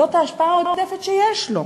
זאת ההשפעה העודפת שיש לו.